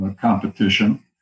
Competition